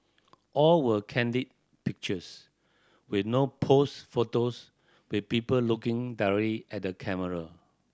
all were candid pictures with no posed photos with people looking directly at the camera